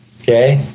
okay